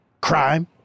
Crime